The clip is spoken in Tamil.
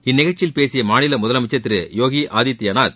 இந்நிகழ்ச்சியில் பேசிய மாநில முதலமைச்சர் யோகி ஆதித்யநாத்